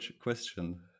question